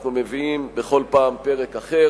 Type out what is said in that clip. אנחנו מביאים בכל פעם פרק אחר,